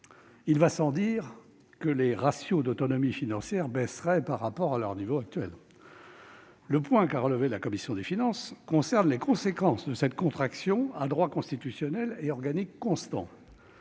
Il va sans dire que les ratios d'autonomie financière baisseraient par rapport à leur niveau actuel. Le point qu'a relevé la commission des finances concerne les conséquences de cette contraction à droit constitutionnel et organique constant.